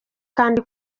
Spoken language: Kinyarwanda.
kandi